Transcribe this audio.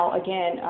again